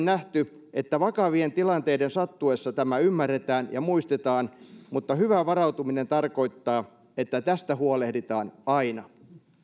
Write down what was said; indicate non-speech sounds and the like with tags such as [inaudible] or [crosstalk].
[unintelligible] nähty että vakavien tilanteiden sattuessa tämä ymmärretään ja muistetaan mutta hyvä varautuminen tarkoittaa että tästä huolehditaan aina